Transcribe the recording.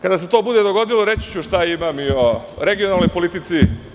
Kada se to bude dogodilo, reći ću šta imam i o regionalnoj politici.